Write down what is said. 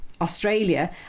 Australia